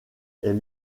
est